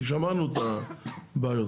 כי שמענו את הבעיות.